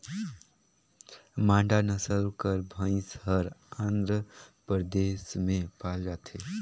मांडा नसल कर भंइस हर आंध्र परदेस में पाल जाथे